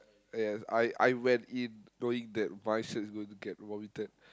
yes I I went in knowing that my shirt is going to get vomited